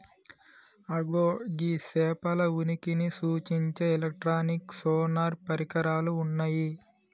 అగో గీ సేపల ఉనికిని సూచించే ఎలక్ట్రానిక్ సోనార్ పరికరాలు ఉన్నయ్యి